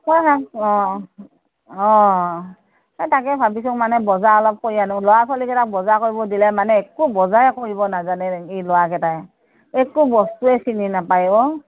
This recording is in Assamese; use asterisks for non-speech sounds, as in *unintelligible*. *unintelligible* অ অ এ তাকে ভাবিছোঁ মানে বজাৰ অলপ কৰি আনো ল'ৰা ছোৱালীকেইটাক বজাৰ কৰিব দিলে মানে একো বজাৰে কৰিব নাজানে এই ল'ৰাকেইটাই একো বস্তুৱে চিনি নাপায় অ